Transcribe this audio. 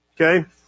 Okay